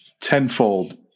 tenfold